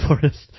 forest